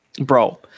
Bro